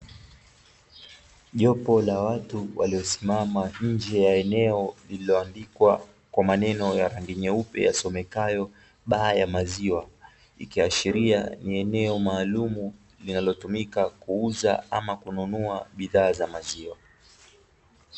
Jopo la watu waliosimama nje ya eneo lililoandikwa kwa maneno ya rangi nyeupe yasomekayo "MILK BAR", ikiashiria ni eneo maalumu linalotumika kuuza ama kununua bidhaa za maziwa.